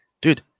dude